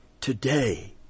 today